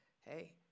hey